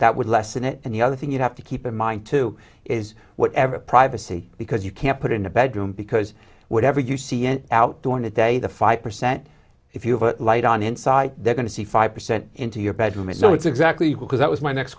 that would lessen it and the other thing you have to keep in mind too is whatever privacy because you can't put in the bedroom because whatever you see and out during the day the five percent if you put light on inside they're going to see five percent into your bedroom and know exactly who because that was my next